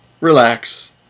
relax